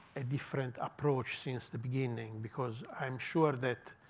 a different approach since the beginning. because i'm sure that